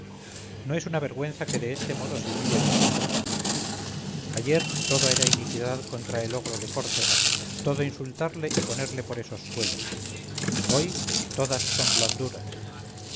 no es una vergüenza que de este modo se humillen los hombres ayer todo era inquina contra el ogro de córcega todo insultarle y ponerle por esos suelos hoy todas son blanduras